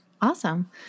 Awesome